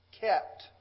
kept